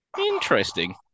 Interesting